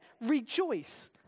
rejoice